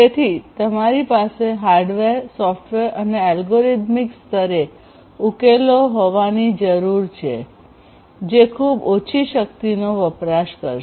તેથી તમારી પાસે હાર્ડવેર સોફ્ટવેર અને એલ્ગોરિધમિક સ્તરે ઉકેલો હોવાની જરૂર છે જે ખૂબ ઓછી શક્તિનો વપરાશ કરશે